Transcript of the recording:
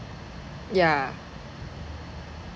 ya